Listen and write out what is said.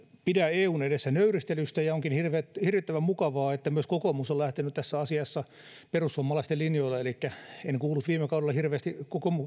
pidä eun edessä nöyristelystä ja onkin hirvittävän hirvittävän mukavaa että myös kokoomus on lähtenyt tässä asiassa perussuomalaisten linjoille elikkä en kuullut viime kaudella hirveästi